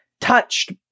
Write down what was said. touched